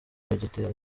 igitero